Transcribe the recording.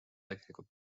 tegelikult